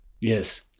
Yes